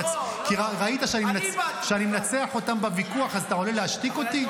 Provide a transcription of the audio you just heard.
ראית שאני מנצח אותם בוויכוח אז אתה עולה להשתיק אותי?